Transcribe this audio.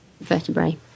vertebrae